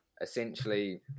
Essentially